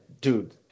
dude